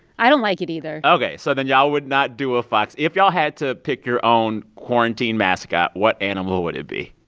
i don't like it either ok. so then y'all would not do a fox. if y'all had to pick your own quarantine mascot, what animal would it be?